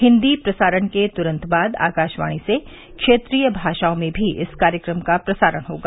हिन्दी प्रसारण के तुरंत बाद आकाशवाणी से क्षेत्रीय भाषाओं में भी इस कार्यक्रम का प्रसारण होगा